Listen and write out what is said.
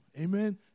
amen